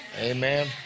Amen